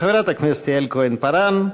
חברת הכנסת יעל כהן-פארן,